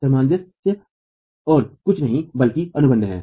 सामंजस्य और कुछ नहीं बल्कि अनुबंध है